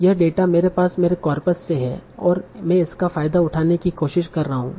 यह डेटा मेरे पास मेरे कॉर्पस से है और मैं इसका फायदा उठाने की कोशिश कर रहा हूं